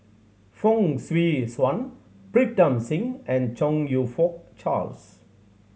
Fong Swee Suan Pritam Singh and Chong You Fook Charles